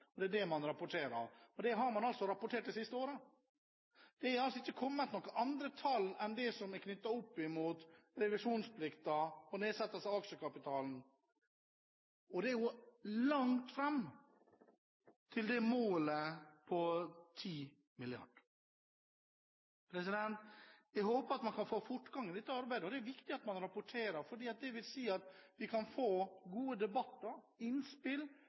kr. Det er det man rapporterer, og det har man også rapportert de siste årene. Det er altså ikke kommet noen andre tall enn det som er knyttet opp mot revisjonsplikten og nedsettelse av aksjekapitalen. Det er langt fram til målet på 10 mrd. kr. Jeg håper at man kan få fortgang i dette arbeidet. Det er viktig at man rapporterer, for det vil si at vi kan få gode debatter og innspill